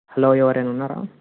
hello ఎవరైన ఉన్నారా